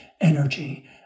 energy